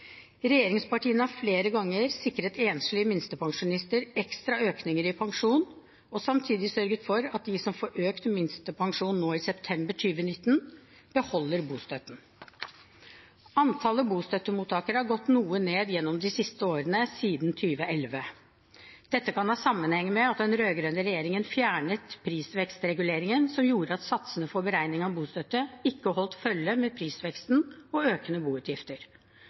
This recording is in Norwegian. Regjeringspartiene har flere ganger sikret enslige minstepensjonister ekstra økninger i pensjon og samtidig sørget for at de som får økt minstepensjon i september 2019, beholder bostøtten. Antallet bostøttemottakere har gått noe ned de siste årene, siden 2011. Dette kan ha sammenheng med at den rød-grønne regjeringen fjernet prisvekstreguleringen som gjorde at satsene for beregning av bostøtte ikke holdt følge med prisveksten og økende boutgifter.